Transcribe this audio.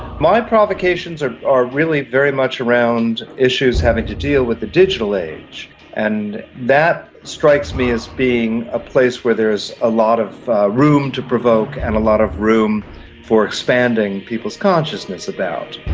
my provocations are are really very much around issues having to deal with the digital age and that strikes me as being a place where there is a lot of room to provoke and a lot of room for expanding people's consciousness about.